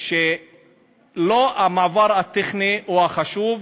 שלא המעבר הטכני הוא החשוב,